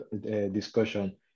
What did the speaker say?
discussion